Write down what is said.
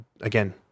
again